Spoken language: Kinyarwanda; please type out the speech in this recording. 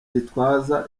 gitwaza